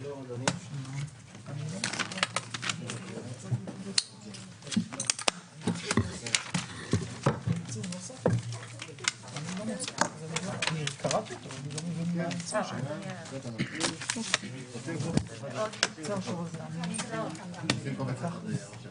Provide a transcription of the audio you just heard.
הישיבה ננעלה בשעה 10:15.